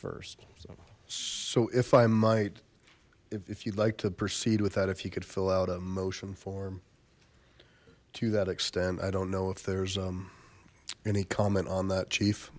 first so if i might if you'd like to proceed with that if he could fill out a motion form to that extent i don't know if there's um any comment on that chief